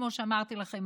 כמו שאמרתי לכם,